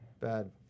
Bad